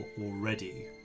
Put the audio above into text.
already